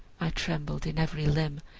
i trembled in every limb,